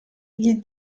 gli